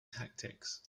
tactics